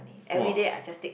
everyday I just take